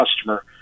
customer